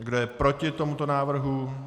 Kdo je proti tomuto návrhu?